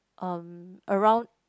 um around